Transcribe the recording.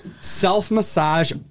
Self-massage